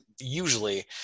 usually